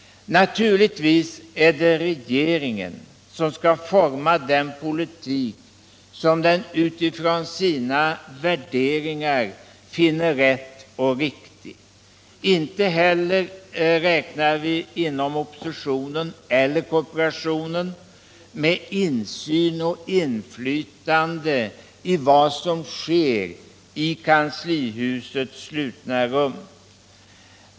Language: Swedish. Naturligtvis är det regeringen som skall forma den politik som den utifrån sina värderingar finner rätt och riktig. Inte heller räknar vi inom oppositionen eller kooperationen med insyn och inflytande i vad som sker i kanslihusets slutna rum.